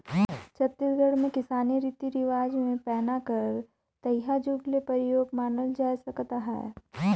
छत्तीसगढ़ मे किसानी रीति रिवाज मे पैना कर तइहा जुग ले परियोग मानल जाए सकत अहे